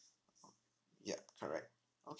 yup correct